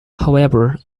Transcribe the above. however